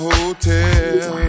Hotel